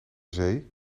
zee